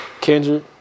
Kendrick